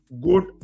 good